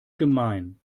gemein